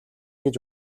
гэж